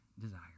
desire